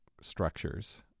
structures